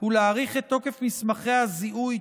ולהאריך את תוקף מסמכי הזיהוי,